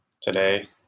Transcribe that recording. today